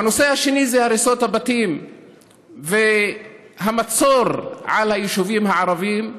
והנושא השני זה הריסות הבתים והמצור על היישובים הערביים,